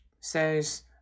says